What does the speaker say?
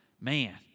Man